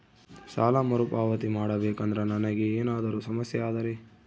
ಸಾಲ ಮರುಪಾವತಿ ಮಾಡಬೇಕಂದ್ರ ನನಗೆ ಏನಾದರೂ ಸಮಸ್ಯೆ ಆದರೆ?